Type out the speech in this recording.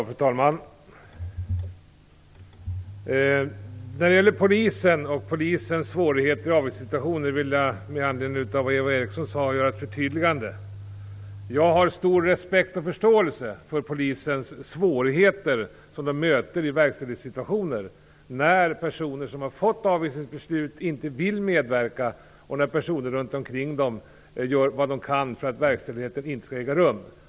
Fru talman! Med anledning av vad Eva Eriksson sade om Polisen och dess svårigheter vid avvisningssituationer vill jag göra ett förtydligande. Jag har stor respekt och förståelse för de svårigheter Polisen möter i verkställningssituationer när personer som har fått avvisningsbeslut inte vill medverka och när personer runt omkring dessa gör vad de kan för att verkställandet inte skall äga rum.